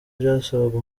byasabaga